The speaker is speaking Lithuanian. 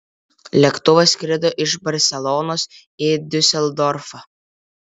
lėktuvas skrido iš barselonos į diuseldorfą